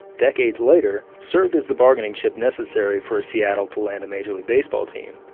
decades later, served as the bargaining chip necessary for seattle to land a major league baseball team.